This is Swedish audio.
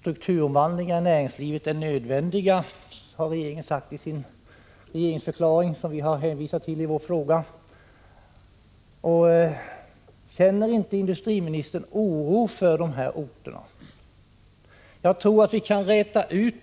Strukturomvandlingar i näringslivet är nödvändiga, har regeringen sagt i sin regeringsförklaring, som vi har hänvisat till i våra frågor. Känner inte industriministern oro för dessa orter? Jag tror att